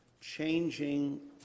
changing